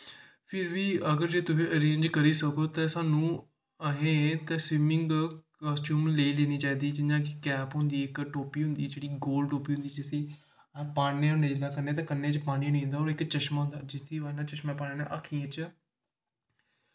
फिर बी अगर तुस रिजनिंग करी सको ते असें ते स्विमिंग कास्ट्यूम लेई लैनी चाही दी जियां कि कैप होंदी टोपी होंदी गोल टोपी होंदी जिसी पान्नें होन्ने ते कन्नै च पानी नी जंदा ते इक चशमा होंदा जिस दी बज़ह् कन्नैं अक्खियें च